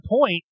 point